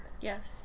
Yes